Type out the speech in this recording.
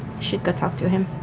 should go talk to him.